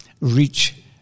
reach